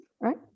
right